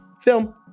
Film